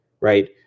right